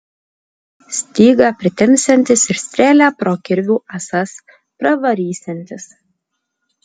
stygą pritempsiantis ir strėlę pro kirvių ąsas pravarysiantis